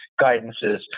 guidances